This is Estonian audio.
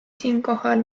siinkohal